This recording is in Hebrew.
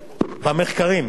במחקרים.